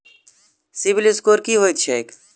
CIBIL score की होइत छैक?